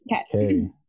Okay